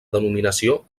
denominació